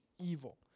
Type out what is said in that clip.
evil